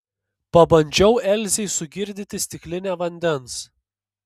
pabandžiau elzei sugirdyti stiklinę vandens